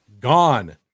gone